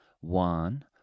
one